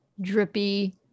drippy